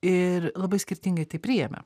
ir labai skirtingai tai priėmė